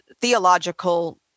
theological